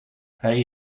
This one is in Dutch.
hij